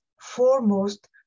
foremost